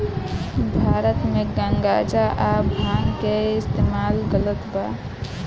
भारत मे गांजा आ भांग के इस्तमाल गलत बा